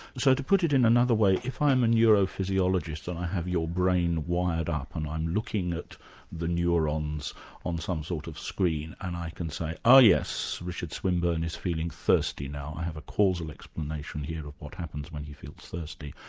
so, to put it in another way, if i'm a neurophysiologist and i have your brain wired up and i'm looking at the neurons on some sort of screen and i can say, oh yes, richard swinburne is feeling thirsty now, i have a causal explanation here of what happens when you feel thirsty.